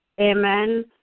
Amen